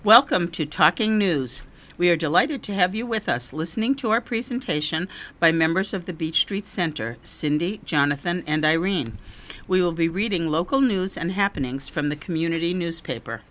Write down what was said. welcome to talking news we are delighted to have you with us listening to our presentation by members of the beech street center cindy jonathan and irene we will be reading local news and happenings from the community newspaper